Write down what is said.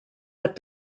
but